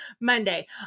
Monday